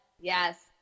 Yes